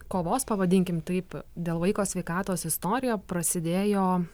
kovos pavadinkim taip dėl vaiko sveikatos istorija prasidėjo